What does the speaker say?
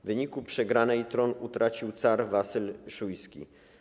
W wyniku przegranej tron utracił car Wasyl Szujski.